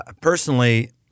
personally